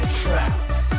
traps